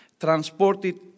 transported